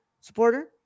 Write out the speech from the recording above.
supporter